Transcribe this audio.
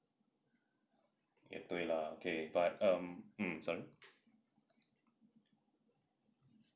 也对啦 so but then